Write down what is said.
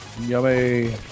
Yummy